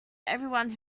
everyone